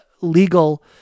legal